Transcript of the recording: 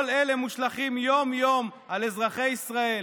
כל אלה מושלכים יום-יום על אזרחי ישראל,